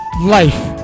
life